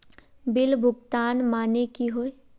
Bill भुगतान माने की होय?